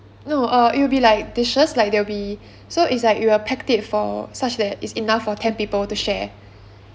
no uh it'll be like dishes like there'll be so it's like we have packed it for such that is enough for ten people to share